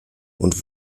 und